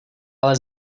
ale